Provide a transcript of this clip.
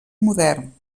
modern